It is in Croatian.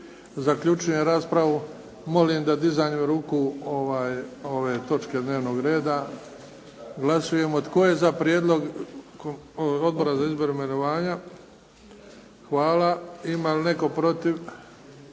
Zaključujem raspravu. Molim da dizanjem ruku ove točke dnevnog reda glasujemo. Tko je za prijedlog Odbora za izbor i imenovanja? Hvala. Ima li netko protiv?